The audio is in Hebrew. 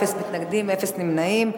אין מתנגדים ואין נמנעים.